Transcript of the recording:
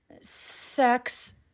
sex